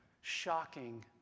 shocking